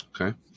Okay